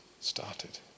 started